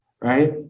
right